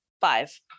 Five